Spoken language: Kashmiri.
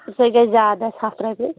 سُہ گژھِ زیادٕ ہَتھ رۄپیہِ